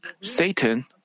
Satan